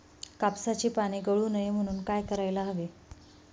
कापसाची पाने गळू नये म्हणून काय करायला हवे?